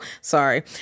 sorry